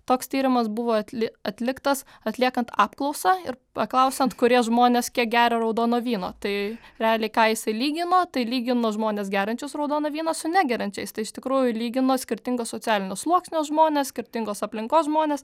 toks tyrimas buvo atli atliktas atliekant apklausą ir paklausiant kurie žmonės kiek geria raudono vyno tai realiai ką jisai lygino tai lygino žmones geriančius raudoną vyną su negeriančiais tai iš tikrųjų lygino skirtingo socialinio sluoksnio žmonės skirtingos aplinkos žmones